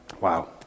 Wow